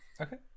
Okay